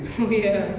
oh ya